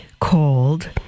called